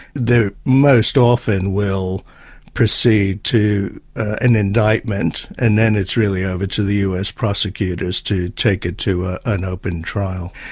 there, most often will proceed to an indictment, and then it's really over to the us prosecutors to take it to ah an open trial.